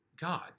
God